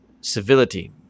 civility